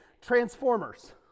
Transformers